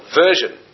version